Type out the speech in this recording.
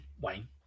Wayne